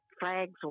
flags